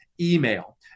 email